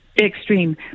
Extreme